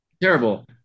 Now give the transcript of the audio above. Terrible